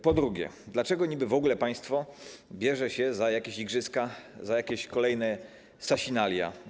Po drugie, dlaczego niby w ogóle państwo bierze się za jakieś igrzyska, za jakieś kolejne sasinalia?